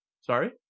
Sorry